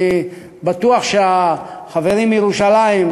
אני בטוח שהחברים מירושלים,